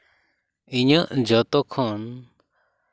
ᱤᱧᱟᱹᱜ ᱡᱚᱛᱚ ᱠᱷᱚᱱ